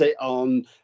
on